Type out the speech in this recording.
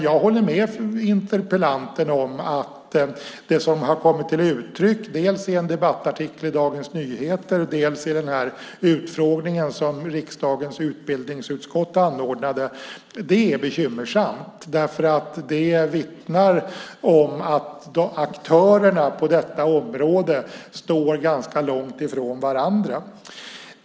Jag håller dock med interpellanten om att det som har kommit till uttryck dels i en debattartikel i Dagens Nyheter, dels på utfrågningen som riksdagens utbildningsutskott anordnade är bekymmersamt. Det vittnar om att aktörerna på detta område står ganska långt från varandra.